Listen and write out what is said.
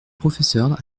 professeur